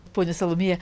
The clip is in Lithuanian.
ponia salomėja